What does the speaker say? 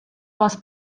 was